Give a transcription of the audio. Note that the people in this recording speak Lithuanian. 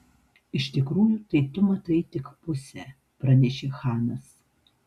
iš tikrųjų tai tu matai tik pusę pranešė chanas